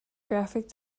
graphic